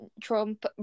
trump